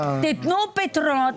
תנו פתרונות.